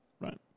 Right